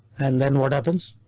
and then what happens?